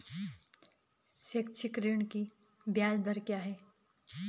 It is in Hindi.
शैक्षिक ऋण की ब्याज दर क्या है?